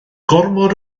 gormod